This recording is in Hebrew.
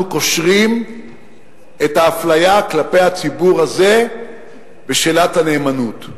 קושרים את האפליה כלפי הציבור הזה בשאלת הנאמנות.